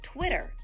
Twitter